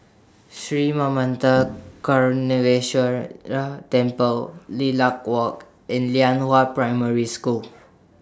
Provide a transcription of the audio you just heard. Sri Manmatha Karuneshvarar Temple Lilac Walk and Lianhua Primary School